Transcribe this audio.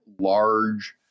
large